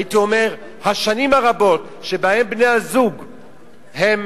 הייתי אומר, השנים הרבות שבהן בני-הזוג הם,